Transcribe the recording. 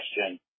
question